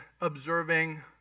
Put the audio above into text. observing